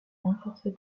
renforcée